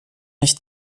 nicht